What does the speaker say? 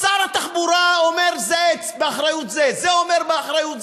שר התחבורה אומר: זה באחריות זה.